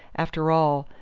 after all,